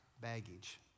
baggage